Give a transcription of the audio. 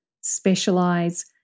specialize